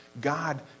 God